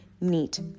neat